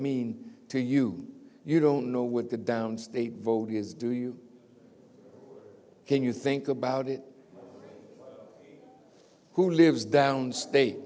mean to you you don't know what the downstate voters do you can you think about it who lives down state